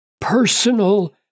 personal